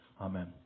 Amen